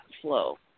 flow